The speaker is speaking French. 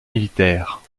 militaire